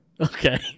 okay